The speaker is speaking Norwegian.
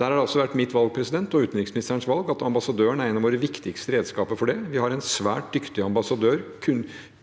Der har det altså vært mitt og utenriksministerens valg at ambassadøren er en av våre viktigste redskaper for det. Vi har en svært dyktig og